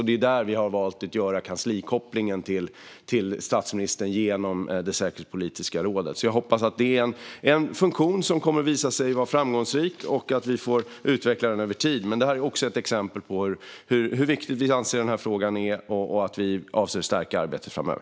Det är därför vi har valt att göra kopplingen till statsministern genom det säkerhetspolitiska rådet. Jag hoppas att det är en funktion som kommer att visa sig vara framgångsrik och att vi får utveckla den över tid. Men det är också ett exempel på hur viktig vi anser att denna fråga är och att vi avser att stärka arbetet framöver.